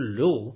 low